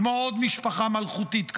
כמו עוד משפחה מלכותית כאן.